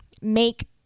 make